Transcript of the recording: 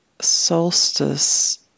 solstice